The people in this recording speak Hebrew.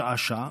שעה-שעה